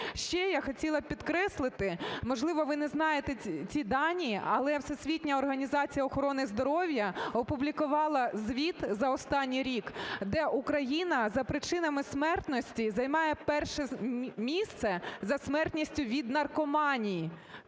Ще я хотіла підкреслити, можливо, ви не знаєте ці данні, але Всесвітня організація охорони здоров'я опублікувала звіт за останній рік, де Україна за причинами смертності займає перше місце за смертністю від наркоманії.